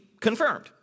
confirmed